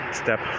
step